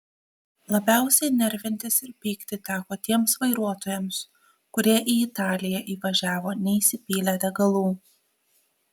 labiausiai nervintis ir pykti teko tiems vairuotojams kurie į italiją įvažiavo neįsipylę degalų